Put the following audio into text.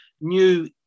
new